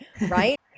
right